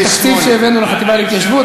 התקציב שהבאנו לחטיבה להתיישבות?